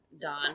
Don